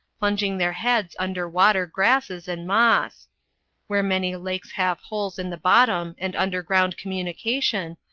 plunging their heads under water grasses and moss where many lakes have holes in the bottom and underground communication,